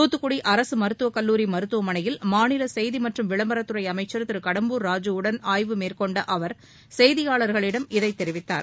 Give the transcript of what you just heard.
துத்துக்குடி அரசு மருத்துவக் கல்லூரி மருத்துவமனையில மாநில செய்தி மற்றும் விளம்பரத்துறை அளமச்சர் திரு கடம்பூர் ராஜூவுடன் ஆய்வு மேற்கொண்ட அவர் செய்தியாளர்களிடம் இதை தெரிவித்தார்